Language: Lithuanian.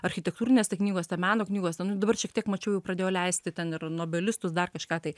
architektūrinėse knygose meno knygose nu dabar šiek tiek mačiau jau pradėjo leisti ten ir nobelistus dar kažką tai